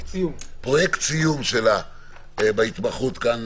פרויקט סיום שלה בהתמחות כאן